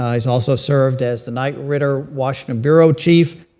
he's also served as the knight ridder washington bureau chief,